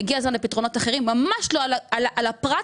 הגיע הזמן לפתרונות אחרים; ממש לא על חשבון הפרט,